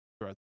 throughout